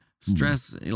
Stress